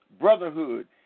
brotherhood